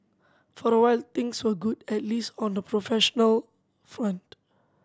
for a while things were good at least on the professional front